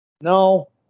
No